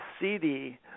CD